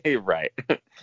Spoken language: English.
Right